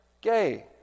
gay